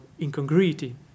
incongruity